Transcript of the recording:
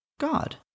God